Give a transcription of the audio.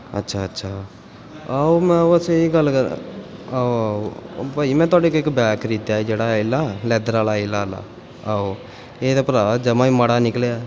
ਅੱਛਾ ਅੱਛਾ ਆਹੋ ਮੈਂ ਵੈਸੇ ਇਹ ਗੱਲ ਕਰਾ ਆਹੋ ਆਹੋ ਉਹ ਭਾਅ ਜੀ ਮੈਂ ਤੁਹਾਡੇ ਕੋਲ ਇੱਕ ਬੈਕ ਖਰੀਦਿਆ ਜਿਹੜਾ ਇਹਲਾ ਲੈਦਰ ਵਾਲਾ ਇਹਲਾ ਇਹਲਾ ਆਹੋ ਇਹ ਤਾਂ ਭਰਾਵਾ ਜਮਾਂ ਹੀ ਮਾੜਾ ਨਿਕਲਿਆ